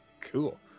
Cool